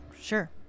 Sure